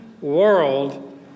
world